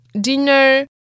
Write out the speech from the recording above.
dinner